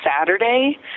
Saturday